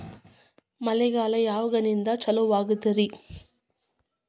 ಮಳೆಗಾಲ ಯಾವಾಗಿನಿಂದ ಚಾಲುವಾಗತೈತರಿ?